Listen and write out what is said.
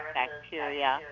bacteria